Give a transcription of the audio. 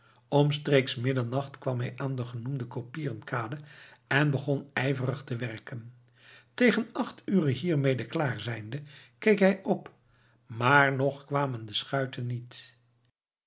omstreeks middernacht kwam hij aan de genoemde koppieren kade en begon ijverig te werken tegen acht ure hiermede klaar zijnde keek hij op maar nog kwamen de schuiten niet